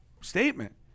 statement